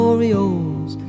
Orioles